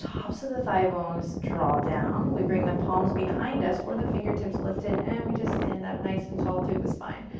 tops of the thigh bones draw down, we bring the palms behind us or the fingertips lifted and we just stand up nice and tall through the spine.